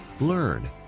learn